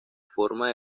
forma